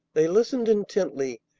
they listened intently,